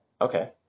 Okay